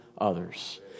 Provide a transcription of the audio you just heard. others